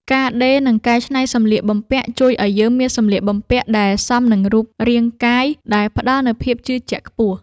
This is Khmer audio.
ការដេរ និងកែច្នៃសម្លៀកបំពាក់ជួយឱ្យយើងមានសម្លៀកបំពាក់ដែលសមនឹងរូបរាងកាយ ដែលផ្ដល់នូវភាពជឿជាក់ខ្ពស់។